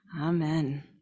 Amen